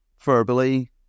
verbally